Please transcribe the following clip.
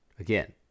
Again